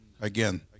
again